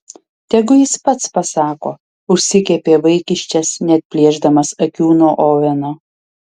tegu jis pats pasako užsikepė vaikiščias neatplėšdamas akių nuo oveno